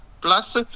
Plus